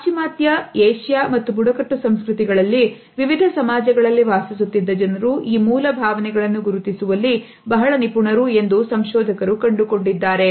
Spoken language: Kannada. ಪಾಶ್ಚಿಮಾತ್ಯಏಷ್ಯಾ ಮತ್ತು ಬುಡಕಟ್ಟು ಸಂಸ್ಕೃತಿಗಳಲ್ಲಿ ವಿವಿಧ ಸಮಾಜಗಳಲ್ಲಿ ವಾಸಿಸುತ್ತಿದ್ದ ಜನರು ಈ ಮೂಲ ಭಾವನೆಗಳನ್ನು ಗುರುತಿಸುವಲ್ಲಿ ಬಹಳ ನಿಪುಣರು ಎಂದು ಸಂಶೋಧಕರು ಕಂಡುಕೊಂಡಿದ್ದಾರೆ